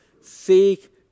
seek